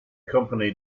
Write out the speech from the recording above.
company